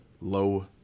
low